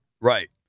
Right